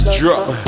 drop